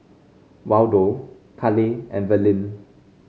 Waldo Cale and Verlyn